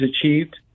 achieved